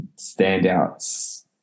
standouts